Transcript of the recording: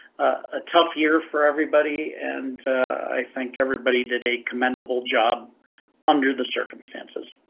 a tough year for everybody and i think everybody did a commendable job under the circumstances.